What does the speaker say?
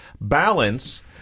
balance